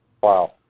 Wow